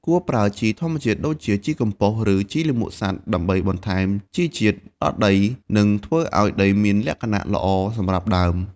គួរប្រើជីធម្មជាតិដូចជាជីកំប៉ុស្ត ឬជីលាមកសត្វ ដើម្បីបន្ថែមជីជាតិដល់ដី និងធ្វើឲ្យដីមានលក្ខណៈល្អសម្រាប់ដើម។